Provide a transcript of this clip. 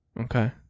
Okay